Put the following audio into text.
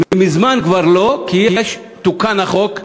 מזמן כבר לא, כי תוקן החוק.